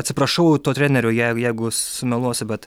atsiprašau to trenerio jeigu jeigu sumeluosiu bet